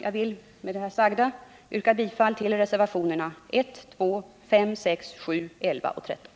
Jag vill med det sagda yrka bifall till reservationerna 1,2, 5,6, 7, Il och 13: